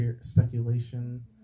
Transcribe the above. speculation